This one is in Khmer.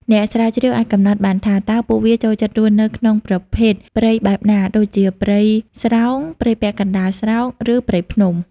អ្នកស្រាវជ្រាវអាចកំណត់បានថា តើពួកវាចូលចិត្តរស់នៅក្នុងប្រភេទព្រៃបែបណា ដូចជាព្រៃស្រោង ព្រៃពាក់កណ្ដាលស្រោង ឬព្រៃភ្នំ។